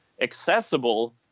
accessible